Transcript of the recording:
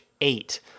eight